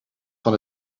van